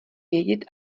vědět